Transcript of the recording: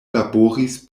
laboris